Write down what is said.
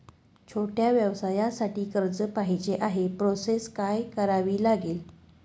छोट्या व्यवसायासाठी कर्ज पाहिजे आहे प्रोसेस काय करावी लागेल?